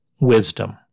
wisdom